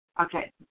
Okay